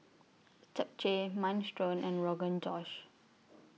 Japchae Minestrone and Rogan Josh